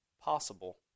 possible